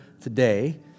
today